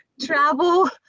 travel